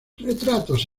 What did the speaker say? retratos